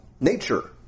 nature